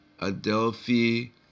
Adelphi